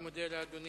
אני מודה לאדוני.